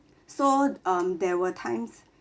so um there were times